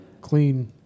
clean